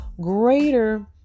greater